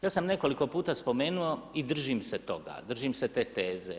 Ja sam nekoliko puta spomenuo i držim se toga, držim se te teze.